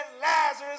Lazarus